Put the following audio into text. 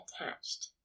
attached